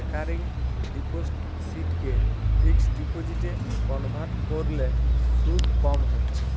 recurring ডিপোসিটকে fixed ডিপোজিটে convert কোরলে শুধ কম হচ্ছে